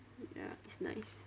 ya it's nice